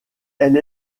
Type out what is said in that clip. elle